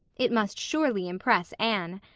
it must surely impress anne.